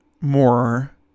more